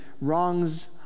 wrongs